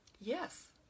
Yes